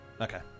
Okay